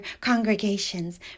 congregations